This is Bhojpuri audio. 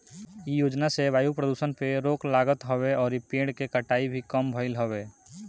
इ योजना से वायु प्रदुषण पे रोक लागत हवे अउरी पेड़ के कटाई भी कम भइल हवे